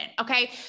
Okay